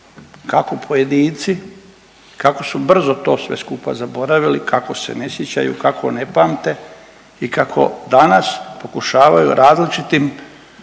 kako pojedinci, kako su brzo to sve skupa zaboravili, kako se ne sjećaju, kako ne pamte i kako danas pokušavaju različitim